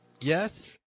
Yes